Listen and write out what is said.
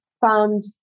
found